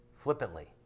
Flippantly